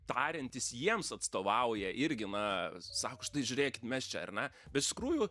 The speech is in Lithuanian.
tariantys jiems atstovauja irgi na sako štai žiūrėkit mes čia ar ne bet iš tikrųjų